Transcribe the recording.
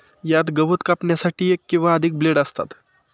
यात गवत कापण्यासाठी एक किंवा अधिक ब्लेड असतात